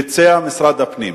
ביצע משרד הפנים.